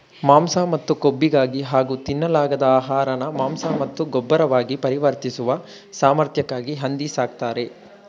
ಮಾಂಸ ಮತ್ತು ಕೊಬ್ಬಿಗಾಗಿ ಹಾಗೂ ತಿನ್ನಲಾಗದ ಆಹಾರನ ಮಾಂಸ ಮತ್ತು ಗೊಬ್ಬರವಾಗಿ ಪರಿವರ್ತಿಸುವ ಸಾಮರ್ಥ್ಯಕ್ಕಾಗಿ ಹಂದಿ ಸಾಕ್ತರೆ